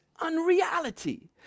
unreality